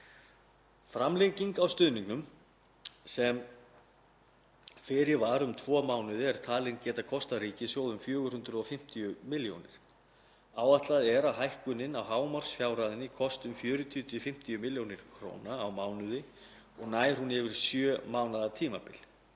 Framlenging á stuðningnum sem fyrir var um tvo mánuði er talin geta kostað ríkissjóð um 450 milljónir kr. Áætlað er að hækkunin á hámarksfjárhæðum kosti um 40–50 milljónir kr. á mánuði og nær hún yfir sjö mánaða tímabil.